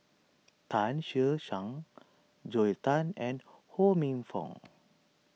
Tan Che Sang Joel Tan and Ho Minfong